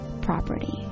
property